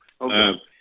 Okay